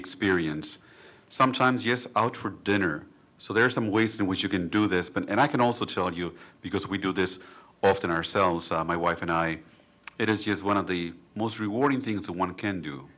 experience sometimes yes out for dinner so there are some ways in which you can do this and i can also tell you because we do this often ourselves and my wife and i it is years one of the most rewarding things one can do